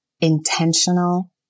intentional